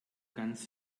ganz